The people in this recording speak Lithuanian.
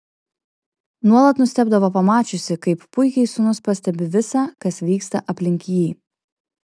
nuolat nustebdavo pamačiusi kaip puikiai sūnus pastebi visa kas vyksta aplink jį